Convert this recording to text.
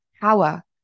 power